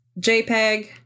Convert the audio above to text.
JPEG